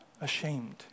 ashamed